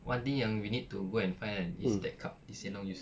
one thing yang we need to go and find kan is that cup lee hsien loong used